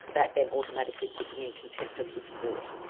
that then automatically put them in contempt of his court.